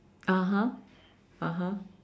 (uh huh) (uh huh)